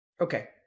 Okay